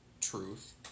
truth